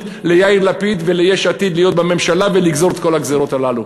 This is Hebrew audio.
ליאיר לפיד וליש עתיד להיות בממשלה ולגזור את כל הגזירות הללו.